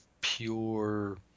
pure